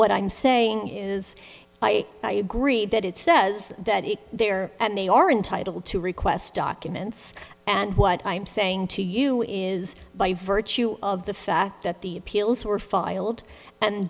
what i'm saying is like i agree that it says that they are and they are entitled to request documents and what i'm saying to you is by virtue of the fact that the appeals were filed and